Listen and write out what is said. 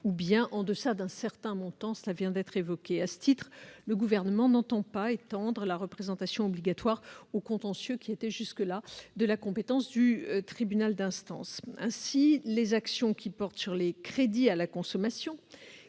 ou bien en deçà d'un certain montant, cela vient d'être évoqué. À ce titre, le Gouvernement n'entend pas étendre la représentation obligatoire aux contentieux qui relevaient jusqu'à présent de la compétence du tribunal d'instance. Ainsi, les actions portant sur les crédits à la consommation,